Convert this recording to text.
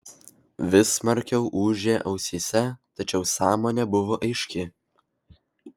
vis smarkiau ūžė ausyse tačiau sąmonė buvo aiški